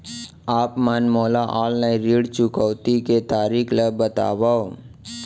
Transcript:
आप मन मोला ऑनलाइन ऋण चुकौती के तरीका ल बतावव?